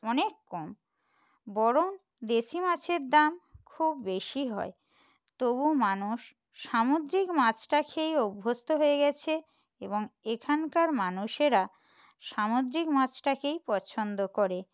অনেক কম বরং দেশি মাছের দাম খুব বেশি হয় তবুও মানুষ সামুদ্রিক মাছটা খেয়েই অভ্যস্ত হয়ে গেছে এবং এখানকার মানুষেরা সামুদ্রিক মাছটাকেই পছন্দ করে